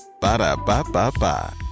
Ba-da-ba-ba-ba